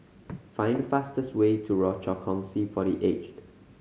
find the fastest way to Rochor Kongsi for The Aged